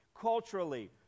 culturally